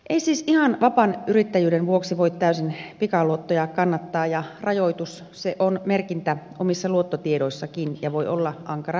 ei siis ihan vapaan yrittäjyyden vuoksi voi täysin pikaluottoja kannattaa ja rajoitus se on merkintä omissa luottotiedoissakin ja voi olla ankara rajoite se